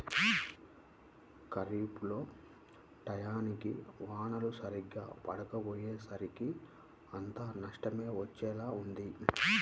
ఖరీఫ్ లో టైయ్యానికి వానలు సరిగ్గా పడకపొయ్యేసరికి అంతా నష్టమే వచ్చేలా ఉంది